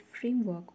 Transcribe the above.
framework